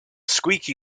squeaky